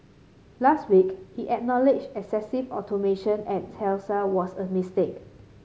last week he excessive automation at Tesla was a mistake